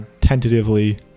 tentatively